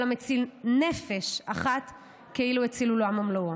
כל המציל נפש אחת כאילו הציל עולם ומלואו.